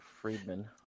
Friedman